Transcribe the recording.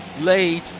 lead